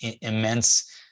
immense